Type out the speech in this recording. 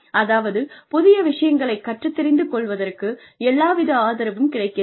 அதாவது புதிய விஷயங்களை கற்றுத் தெரிந்து கொள்வதற்கு எல்லா வித ஆதரவும் கிடைக்கிறது